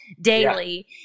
daily